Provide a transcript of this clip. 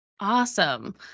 awesome